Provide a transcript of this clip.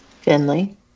Finley